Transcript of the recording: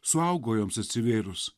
suaugo joms atsivėrus